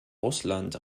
russland